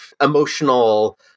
emotional